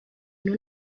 nur